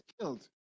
killed